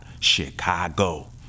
chicago